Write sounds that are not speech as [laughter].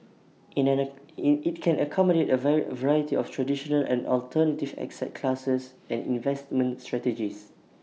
[unintelligible] IT can accommodate A [unintelligible] variety of traditional and alternative [unintelligible] classes and investment strategies